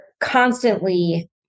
constantly